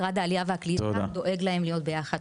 משרד העלייה והקליטה דואג להם להיות ביחד.